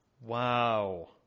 Wow